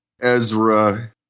Ezra